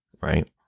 right